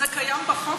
זה קיים בחוק כבר.